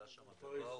שהייתה שם --- בפריז.